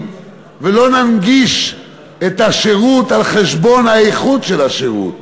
ולא ננגיש את השירות על חשבון האיכות של השירות.